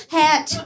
hat